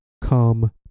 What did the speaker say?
come